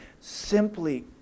simply